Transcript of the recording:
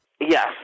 Yes